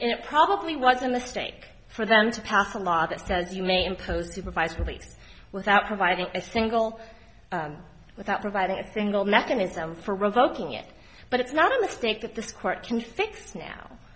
it probably was a mistake for them to pass a law that says you may impose supervised release without providing a single without providing a single mechanism for revoking it but it's not a mistake that this court can fixed now